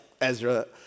Ezra